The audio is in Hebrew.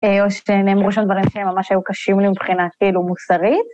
‫או שנאמרו שהדברים שלי ‫ממש היו קשים מבחינתינו מוסרית.